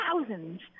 thousands